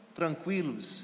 tranquilos